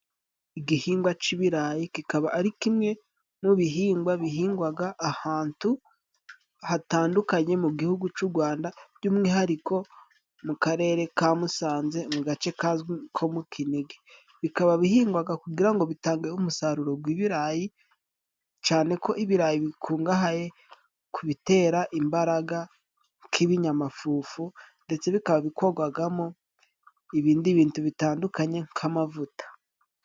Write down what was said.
Igihingwa c'ibirayi kikaba ari kimwe mu bihingwa bihingwaga ahantu hatandukanye mu gihugu cy'u Rwanda, by'umwihariko mu karere ka Musanze, mu gace kazwi nko mu Kinigi. Bikaba bihingwaga kugira ngo bitange umusaruro gw'ibirayi cane, ko ibirayi bikungahaye ku bitera imbaraga nk'ibinyamafufu, ndetse bikaba bikogwagamo ibindi bintu bitandukanye nk'amavuta.